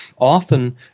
often